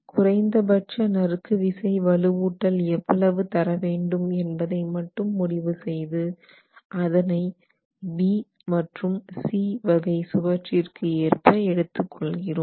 குறைந்த பட்ச நறுக்கு விசை வலுவூட்டல் எவ்வளவு தர வேண்டும் என்பதை மட்டும் முடிவு செய்து அதனை B மற்றும் C வகை சுவற்றிற்கு ஏற்ப எடுத்துக் கொள்கிறோம்